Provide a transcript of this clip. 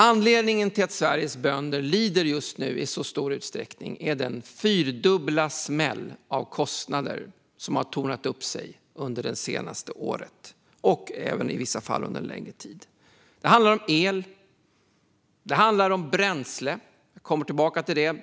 Anledningen till att Sveriges bönder just nu lider i så stor utsträckning är den fyrdubbla smäll av kostnader som har tornat upp sig under det senaste året och i vissa fall under en längre tid. Det handlar om el och om bränsle, och jag ska återkomma till det.